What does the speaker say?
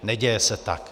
Neděje se tak.